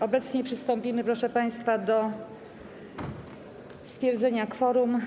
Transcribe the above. Obecnie przystąpimy, proszę państwa, do stwierdzenia kworum.